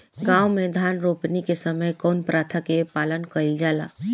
गाँव मे धान रोपनी के समय कउन प्रथा के पालन कइल जाला?